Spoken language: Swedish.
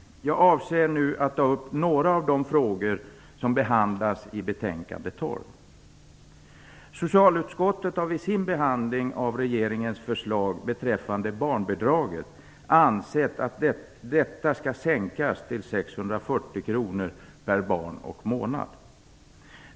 Jag avser nu att ta upp några av de frågor som behandlas i betänkande 12. Socialutskottet har vid sin behandling av regeringens förslag beträffande barnbidraget ansett att detta skall sänkas till 640 kr per barn och månad.